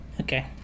Okay